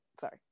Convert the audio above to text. sorry